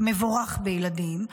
מבורך בילדים,